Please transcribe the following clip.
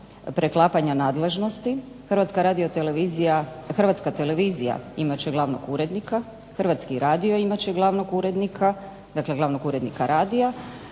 preklapanja nadležnosti. Hrvatska televizija imat će glavnog urednika, Hrvatski radio imat će glavnog urednika, dakle glavnog urednika radija,